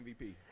MVP